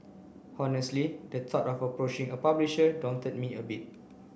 honestly the thought of approaching a publisher daunted me a bit